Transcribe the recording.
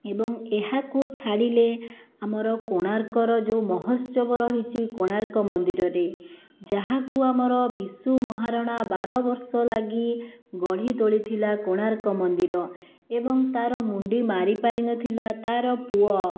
ଏବଂ ଏହାକୁ ଛାଡ଼ିଲେ ଆମର କୋଣାର୍କର ଯେଉଁ ମହୋତ୍ସବ ରହିଛି କୋଣାର୍କ ମନ୍ଦିରରେ ଯାହାକୁ ଆମର ବିଶୁ ମହାରଣା ବାରବର୍ଷ ଲାଗି ଗଢ଼ି ତୋଳିଥିଲା କୋଣାର୍କ ମନ୍ଦିର ଏବଂ ତାର ମୁଣ୍ଡି ମାରିପାରିନଥିଲା ତାର ପୁଅ